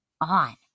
on